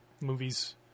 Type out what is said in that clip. movies